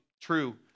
true